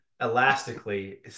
elastically